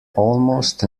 almost